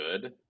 good